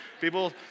People